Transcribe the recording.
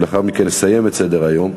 ולאחר מכן נסיים את סדר-היום.